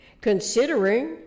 considering